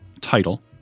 title